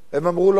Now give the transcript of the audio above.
הם אמרו "לא".